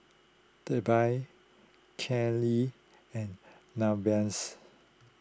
Darby Kailey and Nevaehs